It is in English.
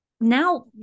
now